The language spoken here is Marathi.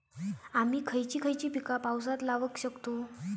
आम्ही खयची खयची पीका पावसात लावक शकतु?